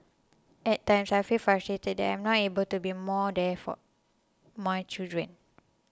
at times I feel frustrated that I am not able to be more there for my children